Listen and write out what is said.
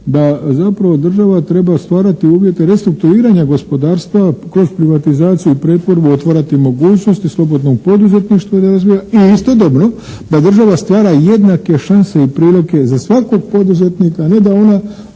da zapravo država treba stvarati uvjete restrukturiranja gospodarstva kroz privatizaciju i pretvorbu otvarati mogućnost i slobodnog poduzetništva da razvija i istodobno da država stvara jednake šanse i prilike za svakog poduzetnika, a ne da ona